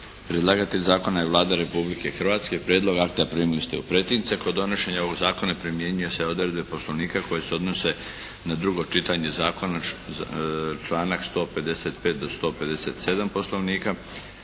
Predlagatelj zakona je Vlada Republike Hrvatske. Prijedlog akta primili ste u pretince. Kod donošenja ovog zakona primjenjuju se odredbe poslovnika koje se odnose na drugo čitanje zakona članak 155. do 157. poslovnika.